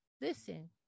Listen